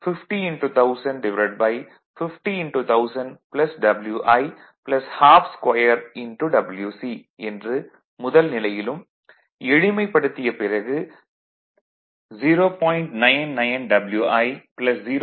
99 50 100050 1000 Wi 122Wc என்று முதல் நிலையிலும் எளிமைப்படுத்திய பிறகு 0